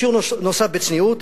שיעור נוסף בצניעות,